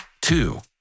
two